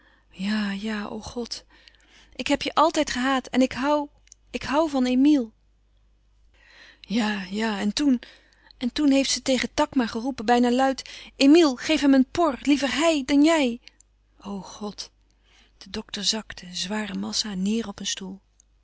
ik heb je àltijd gehaat en ik hoû ik hoû van emile ja-ja en toen en toen heeft ze tegen takma geroepen bijna luid emile geef hem een pr liever hij dan jij o god de dokter zakte zware massa neêr op een stoel